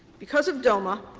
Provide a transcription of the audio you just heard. because of doma,